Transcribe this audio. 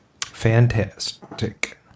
Fantastic